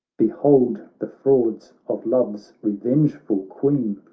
behold the frauds of love's revengeful queen.